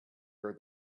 heard